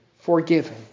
forgiven